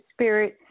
spirit